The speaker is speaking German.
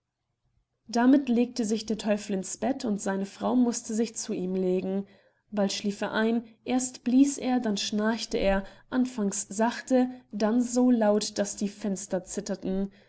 damit legte sich der teufel ins bett und seine frau mußte sich zu ihm legen bald schlief er ein erst blies er dann schnarchte er anfangs sachte dann so laut daß die fenster zitterten